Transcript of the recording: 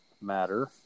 matter